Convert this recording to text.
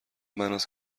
معناست